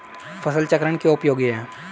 फसल चक्रण क्यों उपयोगी है?